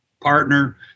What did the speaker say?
partner